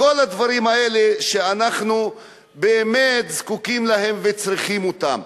כל הדברים האלה שאנחנו באמת זקוקים להם וצריכים אותם.